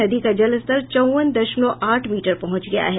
नदी का जलस्तर चौवन दशमलव आठ मीटर पहुंच गया है